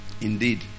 Indeed